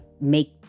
make